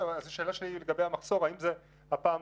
השאלה שלי היא לגבי המחסור: האם זו הפעם